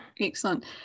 Excellent